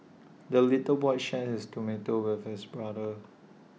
the little boy shared his tomato with his brother